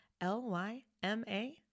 L-Y-M-A